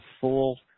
full